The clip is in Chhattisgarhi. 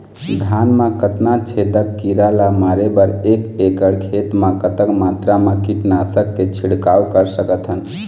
धान मा कतना छेदक कीरा ला मारे बर एक एकड़ खेत मा कतक मात्रा मा कीट नासक के छिड़काव कर सकथन?